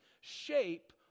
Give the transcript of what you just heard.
shape